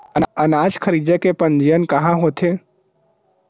अनाज खरीदे के पंजीयन कहां होथे?